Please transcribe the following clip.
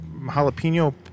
jalapeno